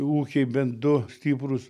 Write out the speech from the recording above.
ūkiai bent du stiprūs